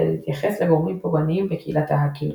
להתייחס לגורמים פוגעניים בקהילת ההאקינג.